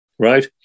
right